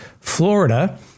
Florida